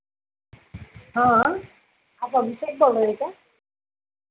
हाँ आप अभिषेक बोल रहे हैं क्या